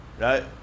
right